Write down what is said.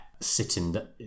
sitting